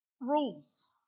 rules